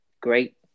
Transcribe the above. great